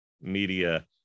media